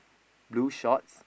blue shorts